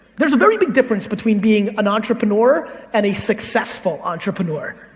there's a very big difference between being an entrepreneur and a successful entrepreneur.